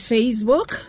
Facebook